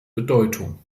bedeutung